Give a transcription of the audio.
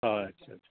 অঁ আচ্ছা আচ্ছা